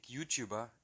YouTuber